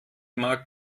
mag